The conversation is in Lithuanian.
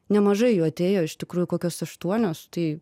nemažai jų atėjo iš tikrųjų kokios aštuonios tai